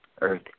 Earth